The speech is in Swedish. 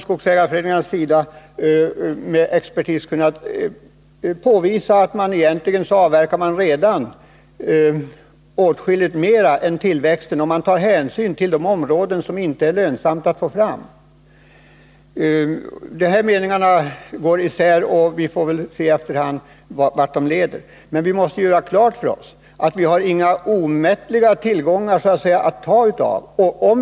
Skogsägarföreningarna har genom expertis kunnat påvisa att redan åtskilligt mer än tillväxten avverkas, om man tar hänsyn till de områden där det inte är lönsamt att ta ut råvara. Här går meningarna isär — vi får väl efter hand se vart de leder — men vi måste göra klart för oss att vi inte har några omätliga tillgångar att ta av.